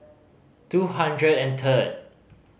two hundred and third